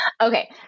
Okay